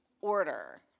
order